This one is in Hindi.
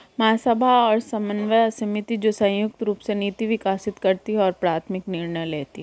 महासभा और समन्वय समिति, जो संयुक्त रूप से नीति विकसित करती है और प्राथमिक निर्णय लेती है